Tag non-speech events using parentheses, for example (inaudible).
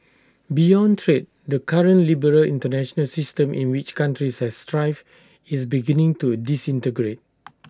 beyond trade the current liberal International system in which countries have thrived is beginning to disintegrate (noise)